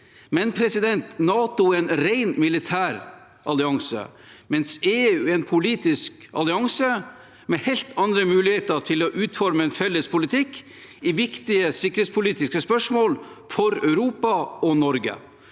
er imidlertid en rent militær allianse, mens EU er en politisk allianse med helt andre muligheter til å utforme en felles politikk i viktige sikkerhetspolitiske spørsmål for Europa og Norge.